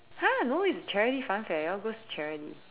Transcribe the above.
!huh! no it's a charity funfair it all goes to charity